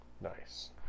nice